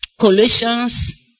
Colossians